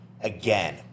again